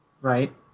right